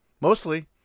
Mostly